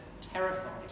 terrified